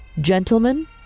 gentlemen